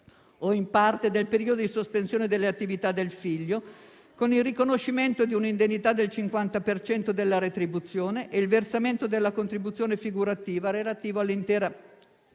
o parte del periodo di sospensione delle attività del figlio, con il riconoscimento di un'indennità del 50 per cento della retribuzione e il versamento della contribuzione figurativa relativo all'intera